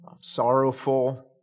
sorrowful